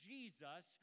Jesus